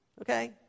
Okay